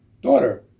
Daughter